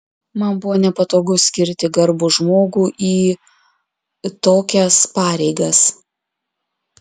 man buvo nepatogu skirti garbų žmogų į tokias pareigas